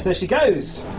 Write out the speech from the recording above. so she goes!